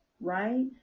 right